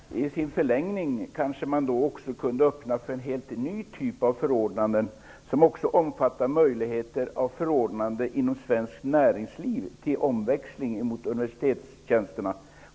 Fru talman! Jag tackar för detta svar. I förlängningen kunde man kanske också öppna för en helt ny typ av förordnanden, som skulle inkludera möjligheter till förordnanden inom svenskt näringsliv, som omväxling till universitetstjänsterna.